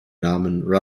namen